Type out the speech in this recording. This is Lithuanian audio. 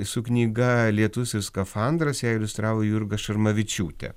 su knyga lietus ir skafandras ją iliustravo jurga šarmavičiūtė